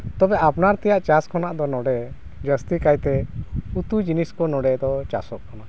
ᱛᱚᱵᱮ ᱟᱯᱱᱟᱨ ᱛᱮᱭᱟᱜ ᱪᱟᱥ ᱠᱷᱚᱱᱟᱜ ᱫᱚ ᱱᱚᱰᱮ ᱩᱛᱩ ᱡᱤᱱᱤᱥ ᱠᱚ ᱱᱚᱰᱮ ᱫᱚ ᱪᱟᱥᱚᱜ ᱠᱟᱱᱟ